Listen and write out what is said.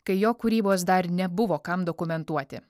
kai jo kūrybos dar nebuvo kam dokumentuoti